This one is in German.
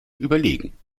überlegen